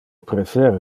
prefere